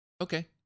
Okay